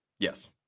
Yes